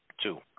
Two